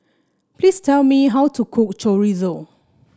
please tell me how to cook Chorizo